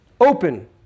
open